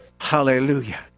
hallelujah